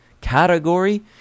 category